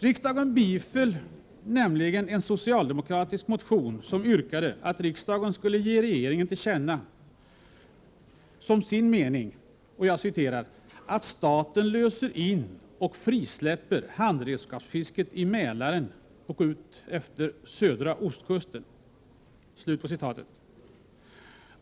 Riksdagen biföll nämligen en socialdemokratisk motion som yrkade att riksdagen skulle ge regeringen till känna som sin mening ”att staten löser in och frisläpper handredskapsfisket i Mälaren och utefter södra ostkusten”.